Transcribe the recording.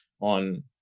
on